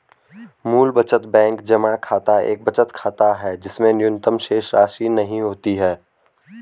मूल बचत बैंक जमा खाता एक बचत खाता है जिसमें न्यूनतम शेषराशि नहीं होती है